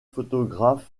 photographe